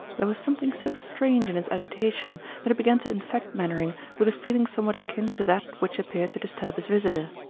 there was something so strange in his agitation that it began to infect mainwaring with a feeling somewhat akin to that which appeared to disturb his visitor.